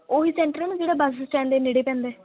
ਉਹ ਹੀ ਸੈਂਟਰ ਹੈ ਨਾ ਜਿਹੜਾ ਬੱਸ ਸਟੈਂਡ ਦੇ ਨੇੜੇ ਪੈਂਦਾ